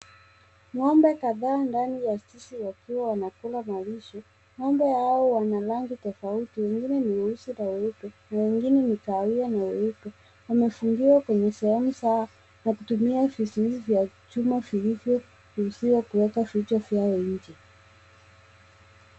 Ng'ombe kadhaa ndani ya zizi wakiwa wanakula malisho. Ng'ombe hao wana rangi tofauti, wengine ni weusi na weupe na wengine ni kahawia na weupe. Wamefungiwa kwenye sehemu zao na kutumia vizuizi vya chuma vilivyoruhisiwa kuweka vichwa vyao nje.